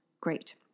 great